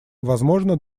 возможно